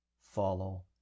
follow